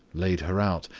laid her out,